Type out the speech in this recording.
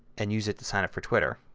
and use it to sign up for twitter.